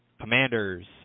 Commanders